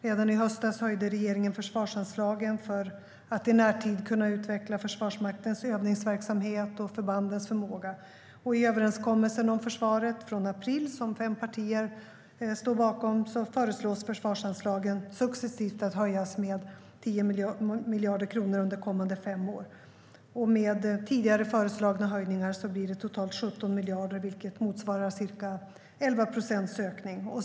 Redan i höstas höjde regeringen försvarsanslagen för att i närtid kunna utveckla Försvarsmaktens övningsverksamhet och förbandens förmåga. I överenskommelsen om försvaret från april som fem partier står bakom föreslås försvarsanslagen successivt att höjas med 10 miljarder kronor under kommande fem år. Med tidigare föreslagna höjningar blir det totalt 17 miljarder, vilket motsvarar ca 11 procents ökning.